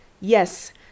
Yes